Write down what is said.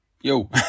Yo